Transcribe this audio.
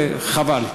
וחבל.